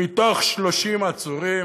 מתוך 30 עצורים,